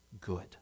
good